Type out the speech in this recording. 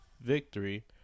victory